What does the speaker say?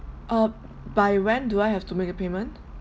uh by when do I have to make a payment